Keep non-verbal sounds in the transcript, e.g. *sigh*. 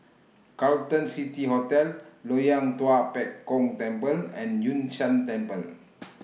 Carlton City Hotel Loyang Tua Pek Kong Temple and Yun Shan Temple *noise*